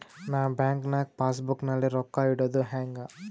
ನಾ ಬ್ಯಾಂಕ್ ನಾಗ passbook ನಲ್ಲಿ ರೊಕ್ಕ ಇಡುದು ಹ್ಯಾಂಗ್?